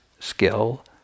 skill